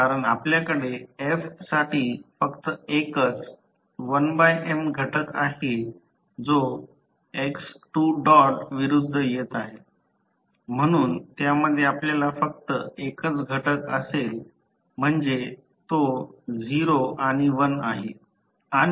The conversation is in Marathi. कारण आपल्याकडे f साठी फक्त एकच 1M घटक आहे जो x2 विरुद्ध येत आहे म्हणून त्यामध्ये आपल्यात फक्त एकच घटक असेल म्हणजे तो 0 आणि 1 आहे